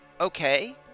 okay